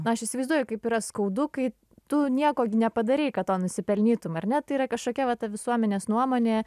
na aš įsivaizduoju kaip yra skaudu kai tu nieko gi nepadarei kad to nusipelnytum ar ne tai yra kažkokia va ta visuomenės nuomonė